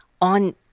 on –